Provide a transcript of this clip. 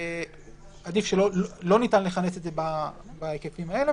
לא ניתן לכנס בהיקפים האלה,